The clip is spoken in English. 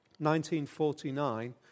1949